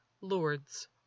Lords